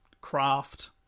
craft